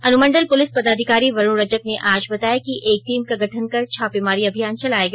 अनुमंडल पुलिस पदाधिकारी वरुण रजक ने आज बताया कि एक टीम का गठन कर छापेमारी अभियान चलाया गया